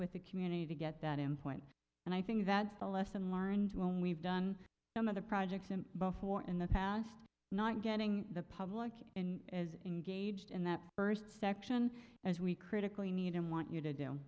with the community to get that important and i think that's the lesson learned when we've done some of the projects in before in the past not getting the public engaged in that first section as we critically need and want you to do